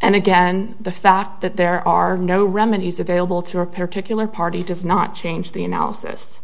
and again the fact that there are no remedies available to repair tickler party did not change the analysis